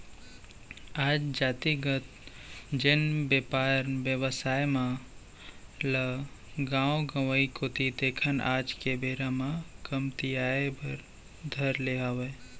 आज जातिगत जेन बेपार बेवसाय मन ल गाँव गंवाई कोती देखन आज के बेरा म कमतियाये बर धर ले हावय